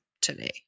today